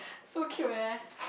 so cute eh